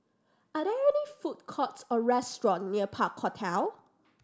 are there any food courts or restaurants near Park Hotel